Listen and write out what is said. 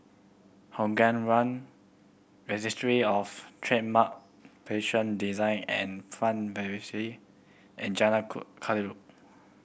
Hougang One Registry Of Trademark Patent Design and Plant Varietie and Jalan Kayu